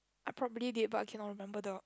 I probably did but I cannot remember the